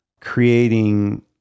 creating